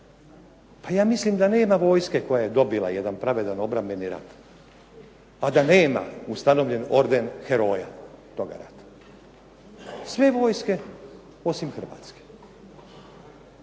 Pa ja mislim da nema vojske koja je dobila jedan pravedan obrambeni rat, a da nema ustanovljen orden heroja toga rata. Sve vojske, osim hrvatske.